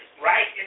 right